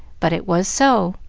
but it was so